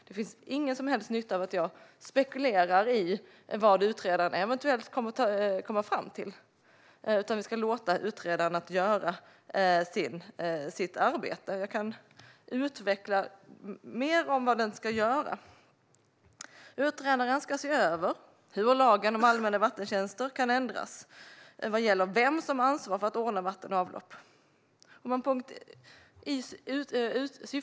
Det finns ingen nytta i att jag spekulerar i vad utredaren eventuellt kommer att komma fram till, utan vi ska låta utredaren göra sitt arbete. Jag kan utveckla mer om utredarens uppdrag. Utredaren ska se över hur lagen om allmänna vattentjänster kan ändras vad gäller vem som har ansvar för att ordna vatten och avlopp.